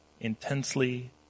intensely